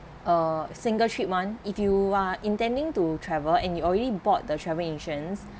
uh single trip one if you are intending to travel and you already bought the travel insurance